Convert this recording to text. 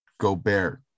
Gobert